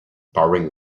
pouring